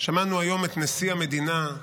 שמענו היום את נשיא המדינה,